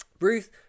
Ruth